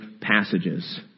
passages